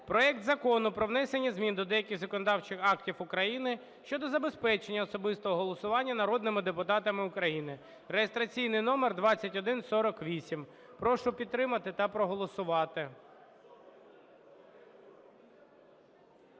проект Закону про внесення змін до деяких законодавчих актів України щодо забезпечення особистого голосування народними депутатами України (реєстраційний номер 2148). Прошу підтримати та проголосувати.